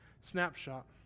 snapshot